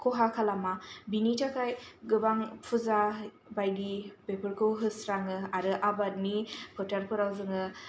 खहा खालामा बेनि थाखाय गोबां फुजा बायदि बेफोरखौ होस्राङो आरो आबादनि फोथारफोराव जोङो